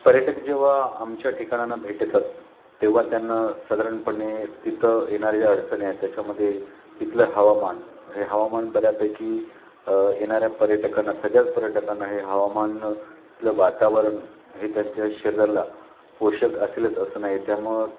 पर्यटक जेव्हा आमच्या ठिकाणांना भेट देतात तेव्हा त्यांना साधारणपणे तिथं येणाऱ्या ज्या अडचणी आहे त्याच्यामध्ये तिथलं हवामान हे हवामान बऱ्यापैकी येणाऱ्या पर्यटकांना सगळ्याच पर्यटकांना हे हवामान तिथलं वातावरण हे त्यांच्या शरीराला पोषक असेलच असं नाही त्यामुळं